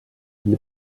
для